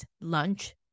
lunch